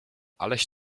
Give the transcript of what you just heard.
aleś